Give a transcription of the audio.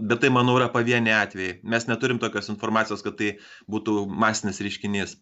bet tai manau yra pavieniai atvejai mes neturim tokios informacijos kad tai būtų masinis reiškinys